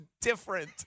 different